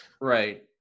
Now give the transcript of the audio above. Right